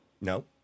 no